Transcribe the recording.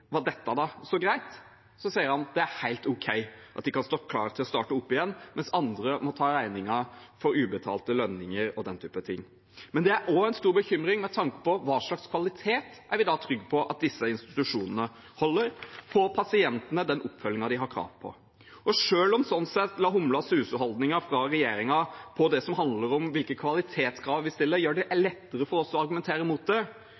dette var så greit, sa han det var helt ok. De kan stå klar til å starte opp igjen, mens andre må ta regningen for ubetalte lønninger og den type ting. Det er også en stor bekymring med tanke på hva slags kvalitet vi da er trygge på at disse institusjonene holder. Får pasientene den oppfølgingen de har krav på? Selv om la-humla-suse-holdningen fra regjeringen på det som handler om hvilke kvalitetskrav man stiller, gjør det lettere for oss å argumentere mot det,